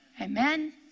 Amen